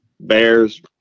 Bears